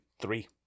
three